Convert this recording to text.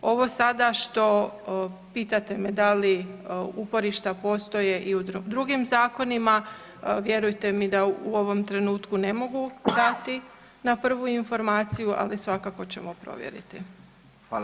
Ovo sada što pitate me da li uporišta postoje i u drugim zakonima vjerujte mi da u ovom trenutku ne mogu dati na prvu informaciju ali svakako ćemo provjeriti.